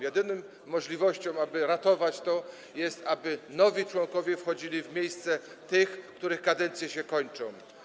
Jedyną możliwością, aby to ratować, jest określenie, aby nowi członkowie wchodzili w miejsce tych, których kadencje się kończą.